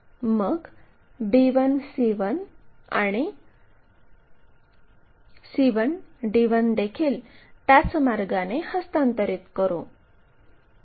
मग b1 c1 आणि c1 d1 देखील त्याच मार्गाने हस्तांतरित करू